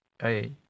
Hey